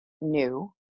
new